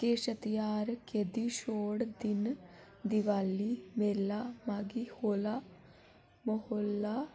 किश ध्यार कैदी छोड़ दिन दिवाली मेला की भागी होला मोह्ल्ला